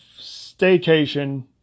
Staycation